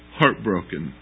heartbroken